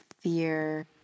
fear